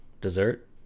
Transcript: dessert